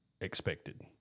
expected